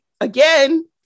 again